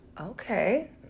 Okay